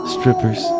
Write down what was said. Strippers